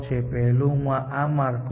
પહેલું આ માળખું છે